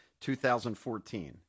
2014